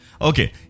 Okay